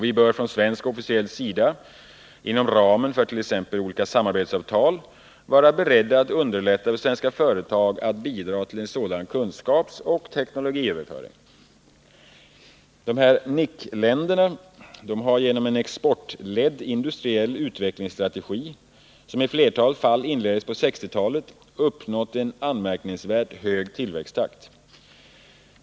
Vi bör från svensk officiell sida inom ramen för t.ex. samarbetsavtal vara beredda att underlätta för svenska företag att bidra till en sådan kunskapsoch teknologiöverföring. NIC-länderna har genom en exportledd industriell utvecklingsstrategi, som i flertalet fall inleddes på 1960-talet, uppnått en anmärkningsvärt hög tillväxttakt.